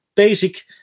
basic